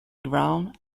ground